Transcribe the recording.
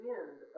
end